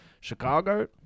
Chicago